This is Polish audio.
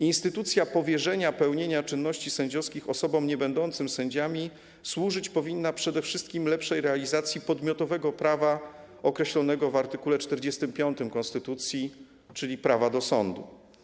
Instytucja powierzenia pełnienia czynności sędziowskich osobom niebędącym sędziami służyć powinna przede wszystkim lepszej realizacji podmiotowego prawa określonego w art. 45 konstytucji, czyli prawa do sądu.